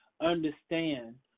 understand